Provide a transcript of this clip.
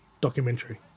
documentary